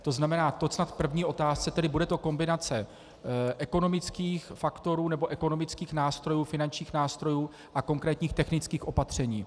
To znamená, to snad k první otázce bude to kombinace ekonomických faktorů nebo ekonomických nástrojů, finančních nástrojů a konkrétních technických opatření.